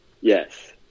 Yes